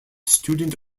student